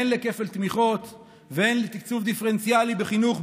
הן לכפל תמיכות והן לתקצוב דיפרנציאלי בחינוך,